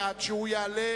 ועד שהוא יעלה,